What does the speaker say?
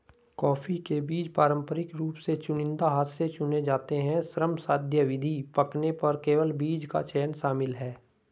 coffee के बीज पारंपरिक रूप से चुनिंदा हाथ से चुने जाते हैं, श्रमसाध्य विधि, पकने पर केवल बीज का चयन शामिल है